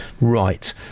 Right